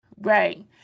Right